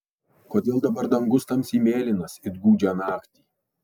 kodėl dabar dangus tamsiai mėlynas it gūdžią naktį